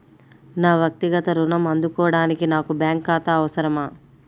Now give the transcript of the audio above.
నా వక్తిగత ఋణం అందుకోడానికి నాకు బ్యాంక్ ఖాతా అవసరమా?